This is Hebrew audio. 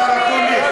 השר אקוניס,